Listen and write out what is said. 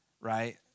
right